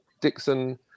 Dixon